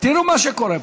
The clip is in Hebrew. תראו מה שקורה פה,